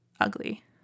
ugly